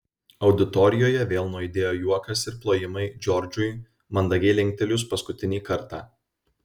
auditorijoje vėl nuaidėjo juokas ir plojimai džordžui mandagiai linktelėjus paskutinį kartą